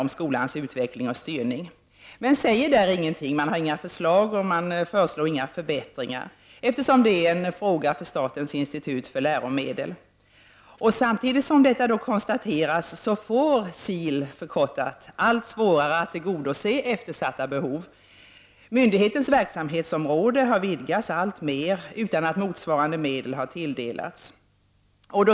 Man lägger dock inte fram några förslag om exempelvis förbättringar. Detta är ju en fråga för statens institut för läromedel, SIL. Samtidigt blir det allt svårare för SIL att tillgodose eftersatta behov. Myndighetens verksamhetsområde har vidgats alltmer utan att motsvarande medel har anslagits.